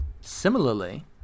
Similarly